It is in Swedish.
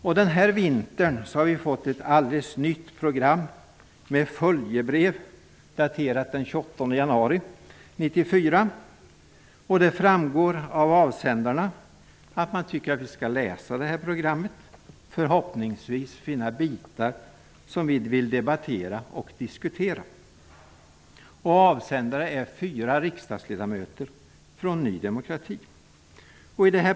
Under vintern har vi fått ett alldeles nytt program med följebrev, daterat den 28 januari 1994, av vilket det framgår att avsändarna tycker att vi skall läsa programmet och förhoppningsvis finna bitar som vi vill debattera och diskutera. Avsändarna är fyra riksdagsledamöter från Ny demokrati.